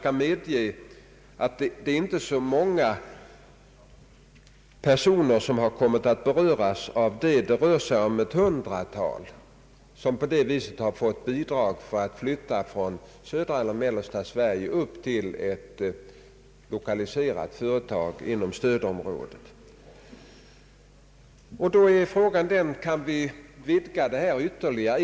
Jag medger att det inte är så många personer som hittills berörts härav. Ett hundratal människor har dock fått dylikt bidrag för att flytta från södra eller mellersta Sverige till ett företag som lokaliserats till stödområdet. I detta sammanhang kan man fråga sig om vi kan vidga denna möjlighet ytterligare.